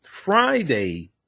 Friday